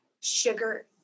sugar